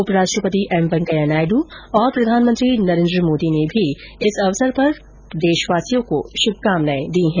उपराष्ट्रपति एम वैंकेया नायड् और प्रधानमंत्री नरेन्द्र मोदी ने भी इस अवसर पर देशवासियों को शुभकामनाएं दी है